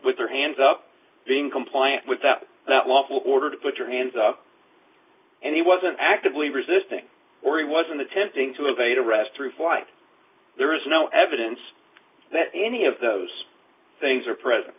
with their hands up being compliant with that lawful order to put your hands up and he wasn't actively resisting or he wasn't attempting to evade arrest through flight there is no evidence that any of those things are present